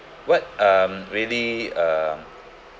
what um really uh